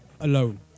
alone